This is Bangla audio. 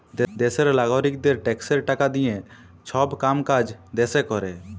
দ্যাশের লাগারিকদের ট্যাক্সের টাকা দিঁয়ে ছব কাম কাজ দ্যাশে ক্যরে